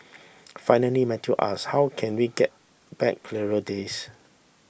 finally Matthew ask how can we get back clearer days